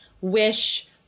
wish